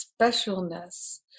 specialness